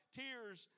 tears